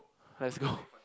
let's go